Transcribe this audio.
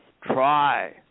try